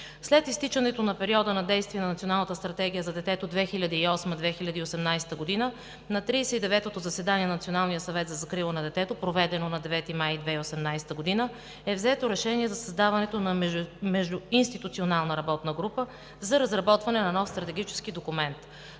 След изтичането на периода на действие на Националната стратегия за детето 2008 – 2018 г., на 39-ото заседание на Националния съвет за закрила на детето, проведено на 9 май 2018 г., е взето решение за създаването на междуинституционална работна група за разработване на нов стратегически документ.